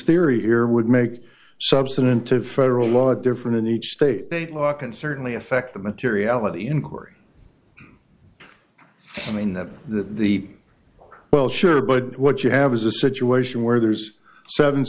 theory here would make substantive federal law different in each state law can certainly affect the materiality inquiry in that the well sure but what you have is a situation where there's seven